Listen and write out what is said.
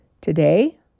Today